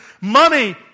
money